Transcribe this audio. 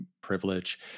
privilege